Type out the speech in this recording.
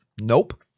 Nope